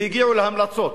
והגיעו להמלצות,